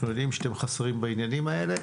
שאתם חסרים בעניינים האלה.